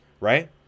right